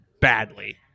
badly